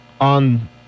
on